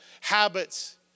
habits